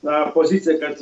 na pozicija kad